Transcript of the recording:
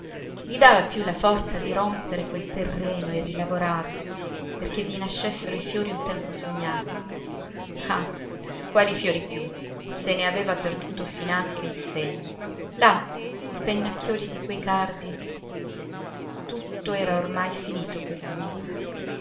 gli dava più la forza di rompere quel terreno e rilavorarlo perché vi nascessero i fiori un tempo sognati ah quali fiori più se ne aveva perduto finanche il seme là i pennacchioli di quei cardi tutto era ormai finito per lui